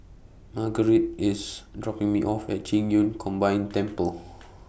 Marguerite IS dropping Me off At Qing Yun Combined Temple